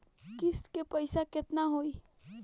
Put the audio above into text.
किस्त के पईसा केतना होई?